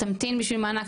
תמתין בשביל מענק,